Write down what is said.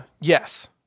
yes